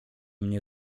mnie